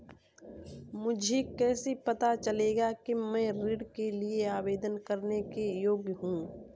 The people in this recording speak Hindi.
मुझे कैसे पता चलेगा कि मैं ऋण के लिए आवेदन करने के योग्य हूँ?